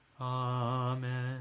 Amen